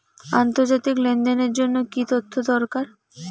আন্তর্জাতিক লেনদেনের জন্য কি কি তথ্য দরকার?